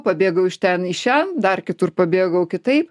pabėgau iš ten į šian dar kitur pabėgau kitaip